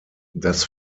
das